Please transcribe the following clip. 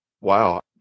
wow